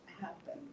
happen